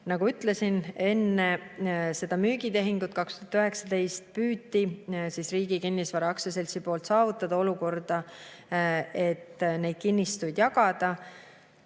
Nagu ütlesin, enne seda müügitehingut, 2019, püüdis Riigi Kinnisvara Aktsiaselts saavutada olukorda, et neid kinnistuid jagada.